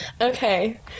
okay